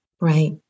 Right